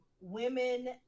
women